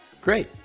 Great